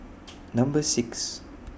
Number six